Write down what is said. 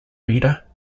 reader